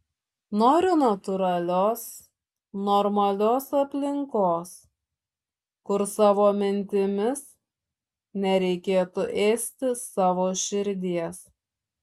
noriu natūralios normalios aplinkos kur savo mintimis nereikėtų ėsti savo širdies